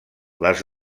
les